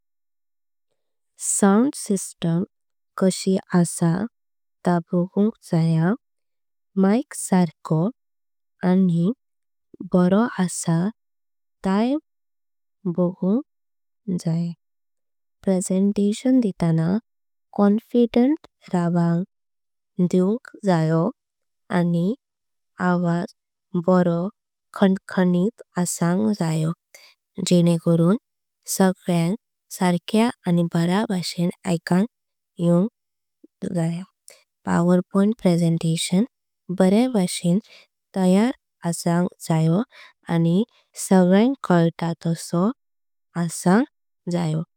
Sound system कशी आहे त कशी ते बगुंक जय। माइक सखर और बरो असंक। जयो प्रेजेंटेशन दिताना कॉन्फिडेंट राहुन दिउंक जयो। और आवाज बरो असंक जयो जेनकारूं सगळयांक। सर्कया आणि बऱ्यां भाषिण आयकांक येता पावरपॉइंट। प्रेजेंटेशन बऱ्यां भाषिण तयार असंक जय। आणि सगळयांक कळता कस असंक जय